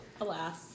alas